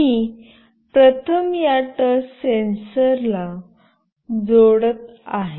मी प्रथम या touch sensor ला जोडत आहे